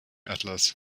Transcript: atlas